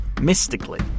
mystically